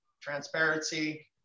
transparency